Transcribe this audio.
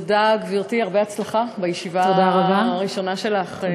תודה, גברתי, הרבה הצלחה בישיבה הראשונה שלך.